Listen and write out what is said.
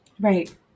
Right